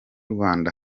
rwanda